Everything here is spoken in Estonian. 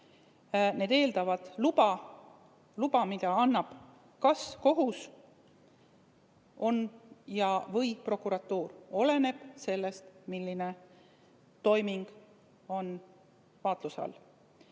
Need eeldavad luba, mille annab kas kohus või prokuratuur, olenevalt sellest, milline toiming on vaatluse